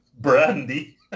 brandy